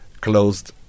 closed